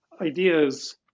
ideas